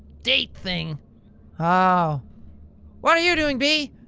date thing ohhh what're you doing bea?